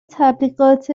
تبلیغات